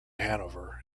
hanover